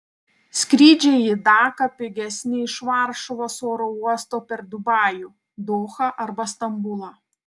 skrydžiai į daką pigesni iš varšuvos oro uosto per dubajų dohą arba stambulą